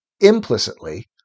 implicitly